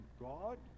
God